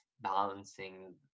balancing